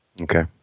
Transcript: Okay